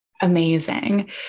Amazing